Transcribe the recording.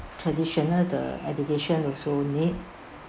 traditional the education also need